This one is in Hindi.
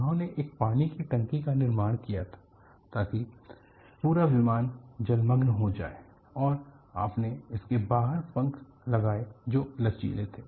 उन्होंने एक पानी की टंकी का निर्माण किया था ताकि पूरा विमान जलमग्न हो जाए और आपने इसके बाहर पंख लगाए जो लचीले थे